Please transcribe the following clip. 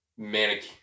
Manic